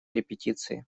репетиции